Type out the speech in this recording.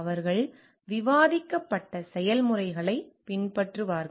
அவர்கள் விவாதிக்கப்பட்ட செயல்முறைகளைப் பின்பற்றுவார்கள்